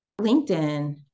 LinkedIn